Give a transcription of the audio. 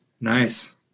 Nice